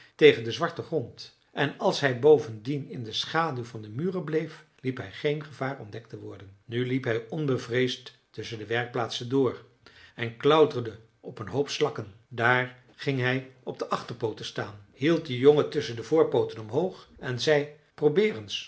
tegen den zwarten grond en als hij bovendien in de schaduw van de muren bleef liep hij geen gevaar ontdekt te worden nu liep hij onbevreesd tusschen de werkplaatsen door en klauterde op een hoop slakken daar ging hij op de achterpooten staan hield den jongen tusschen de voorpooten omhoog en zei probeer eens